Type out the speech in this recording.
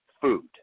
food